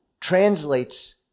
translates